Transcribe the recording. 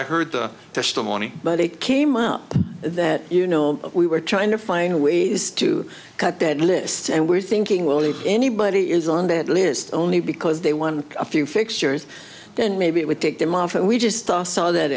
i heard the testimony but it came up that you know we were trying to find ways to cut that list and we're thinking well if anybody is on that list only because they won a few fixtures then maybe it would take them off and we just saw that